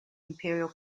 imperial